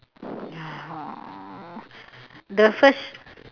the first